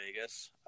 Vegas